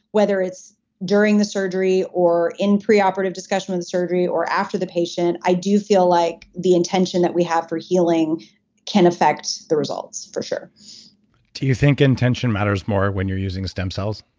whether it's during the surgery or in preoperative discussion with the surgery or after the patient, i do feel like the intention that we have for healing can affect the results for sure do you think intention matters more when you're using stem cells?